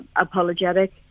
apologetic